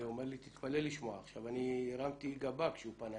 אומר לי שאתפלא לשמוע - אני הרמתי גבה כשהוא פנה